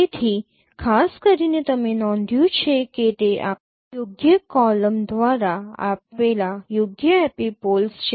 તેથી ખાસ કરીને તમે નોંધ્યું છે કે તે આ યોગ્ય કોલમ દ્વારા આપેલા યોગ્ય એપિપોલ્સ છે